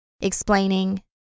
explaining